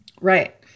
Right